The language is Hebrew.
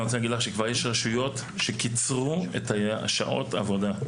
אני רוצה להגיד לך שכבר יש רשויות שקיצרו את שעות העבודה.